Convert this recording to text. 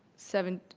seven,